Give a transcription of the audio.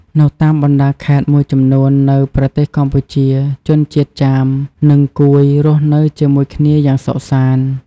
នៅតាមបណ្តាខេត្តមួយចំនួននៅប្រទេសកម្ពុជា ជនជាតិចាម និង កួយរស់នៅជាមួយគ្នាយ៉ាងសុខសាន្ត។